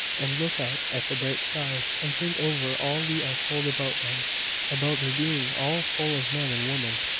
and look out at the bright stars, and think over all we are told about them about their being all full of men and women.